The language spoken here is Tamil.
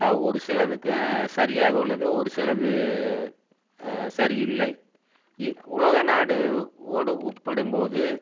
ஒரு சிலதுக்கு சரியாக உள்ளது ஒரு சிலது சரி இல்லை உலக நாடு ஓடு ஒப்பிடும்போது